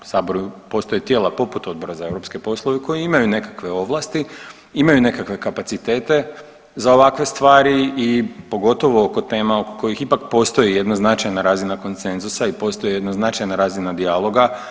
U saboru postoje tijela poput Odbora za europske poslove koji imaju nekakve ovlasti, imaju nekakve kapacitete za ovakve stvari i pogotovo oko tema oko kojih ipak postoji jedna značajna razina konsenzusa i postoji jedna značajna razina dijaloga.